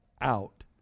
out